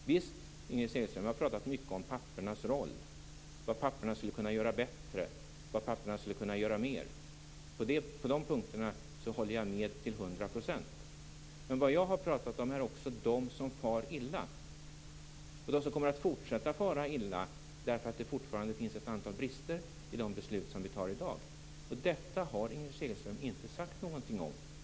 Visst, Inger Segelström har pratat om pappornas roll, vad papporna skulle kunna göra bättre och mer. På de punkterna håller jag med till hundra procent. Jag har också pratat om de som far illa och de som kommer att fortsätta att fara illa för att det fortfarande finns brister i de beslut vi skall fatta i dag. Detta har Inger Segelström inte sagt någonting om.